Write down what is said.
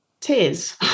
tears